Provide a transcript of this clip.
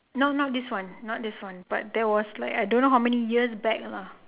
no not this one not this one but there was like I don't know how many years back ah